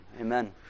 amen